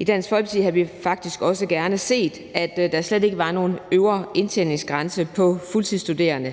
I Dansk Folkeparti havde vi faktisk også gerne set, at der slet ikke var nogen øvre indtjeningsgrænse for fuldtidsstuderende.